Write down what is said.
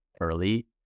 early